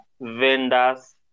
vendors